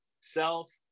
self